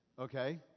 Okay